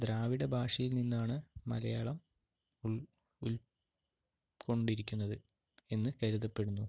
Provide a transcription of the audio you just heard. ദ്രാവിഡ ഭാഷയിൽ നിന്നാണ് മലയാളം ഉൾകൊണ്ടിരിക്കുന്നത് എന്ന് കരുതപ്പെടുന്നു